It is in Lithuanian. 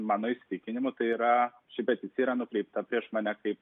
mano įsitikinimu tai yra ši peticija yra nukreipta prieš mane kaip